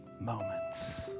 moments